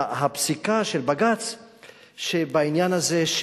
הפסיקה של בג"ץ בעניין הזה,